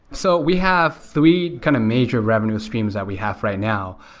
so we have three kind of major revenue streams that we have right now.